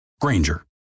Granger